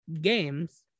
games